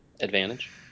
advantage